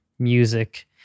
music